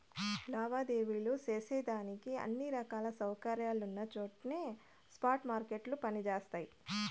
లావాదేవీలు సేసేదానికి అన్ని రకాల సౌకర్యాలున్నచోట్నే స్పాట్ మార్కెట్లు పని జేస్తయి